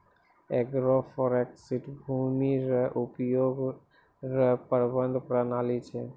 agroforestry भूमी रो उपयोग रो प्रबंधन प्रणाली छै